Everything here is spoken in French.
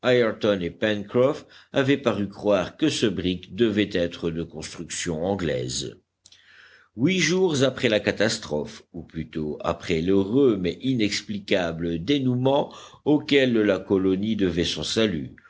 avaient paru croire que ce brick devait être de construction anglaise huit jours après la catastrophe ou plutôt après l'heureux mais inexplicable dénouement auquel la colonie devait son salut